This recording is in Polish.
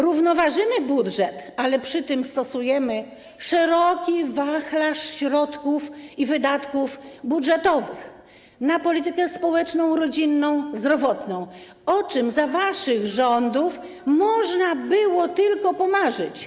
Równoważymy budżet, ale przy tym stosujemy szeroki wachlarz środków i wydatków budżetowych na politykę społeczną, rodzinną, zdrowotną, o czym za waszych rządów można było tylko pomarzyć.